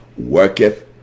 worketh